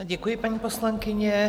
Děkuji, paní poslankyně.